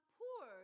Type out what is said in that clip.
poor